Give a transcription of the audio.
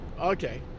okay